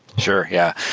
sure. yeah.